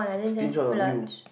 stinge on you